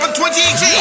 2018